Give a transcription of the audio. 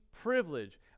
privilege